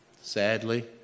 sadly